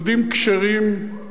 יהודים כשרים,